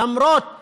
למרות